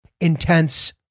intense